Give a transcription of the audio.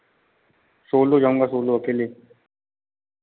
solo जाऊँगा solo अकेले